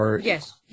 Yes